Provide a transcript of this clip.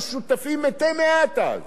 ועכשיו, צריך לומר ביושר